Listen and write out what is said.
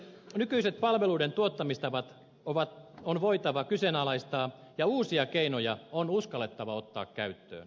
nykyiset palveluiden tuottamistavat on voitava kyseenalaistaa ja uusia keinoja on uskallettava ottaa käyttöön